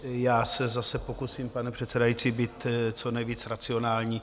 Já se zase pokusím, pane předsedající, být co nejvíc racionální.